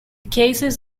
cases